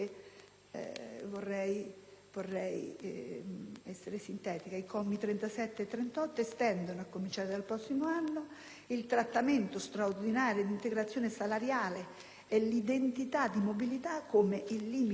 vorrei essere sintetica. I commi 37 e 38 estendono, a cominciare dal prossimo anno, il trattamento straordinario di integrazione salariale e l'indennità di mobilità, con il limite